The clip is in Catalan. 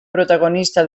protagonista